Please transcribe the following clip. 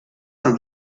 einem